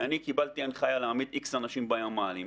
ואני קיבלתי הנחיה להעמיד X אנשים בימ"לים,